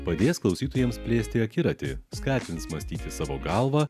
padės klausytojams plėsti akiratį skatins mąstyti savo galva